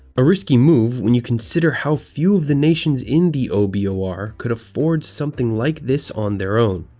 a risky move, when you consider how few of the nations in the o b o r. could afford something like this on their own.